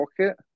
pocket